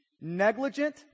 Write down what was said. negligent